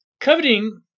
Coveting